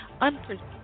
unprecedented